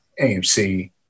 AMC